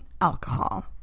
alcohol